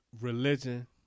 religion